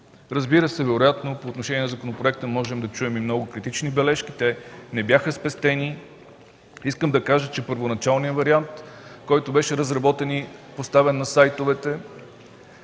с протокол. Вероятно по отношение на законопроекта можем да чуем и много критични бележки. Те не бяха спестени. Първоначалният вариант, който беше разработен и поставен на сайтовете,